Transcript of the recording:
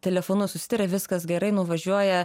telefonu susitaria viskas gerai nuvažiuoja